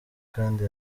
kandi